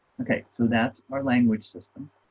okay, so that's our language system